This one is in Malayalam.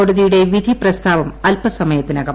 കോടതിയുടെ വിധി പ്രസ്താവിം അ്ല്പസമയത്തിനകം